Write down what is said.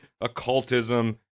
occultism